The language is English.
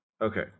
Okay